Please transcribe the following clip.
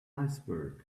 iceberg